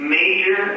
major